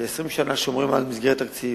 שומרים כ-20 שנה על מסגרת תקציב,